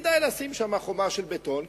כדאי לשים חומת בטון,